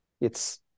It's-